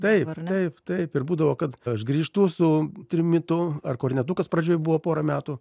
taip taip taip ir būdavo kad aš grįžtu su trimitu ar kornetukas pradžioj buvo porą metų